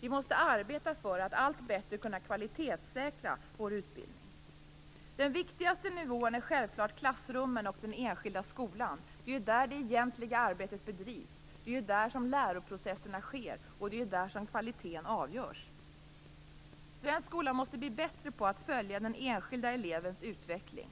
Vi måste arbeta för att allt bättre kunna kvalitetssäkra vår utbildning. Den viktigaste nivån är självfallet klassrummen och den enskilda skolan. Det är ju där det egentliga arbetet bedrivs, det är där som läroprocesserna sker och det är där som kvaliteten avgörs. Svensk skola måste bli bättre på att följa den enskilda elevens utveckling.